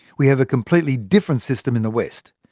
we have a completely different system in the west.